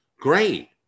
Great